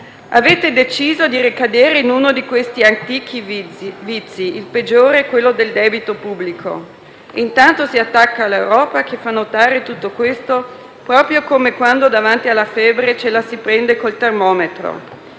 Avete deciso di ricadere in uno di questi antichi vizi, il peggiore, quello del debito pubblico. E, intanto, si attacca l'Europa che fa notare tutto questo, proprio come quando davanti alla febbre ce la si prende con il termometro.